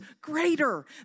greater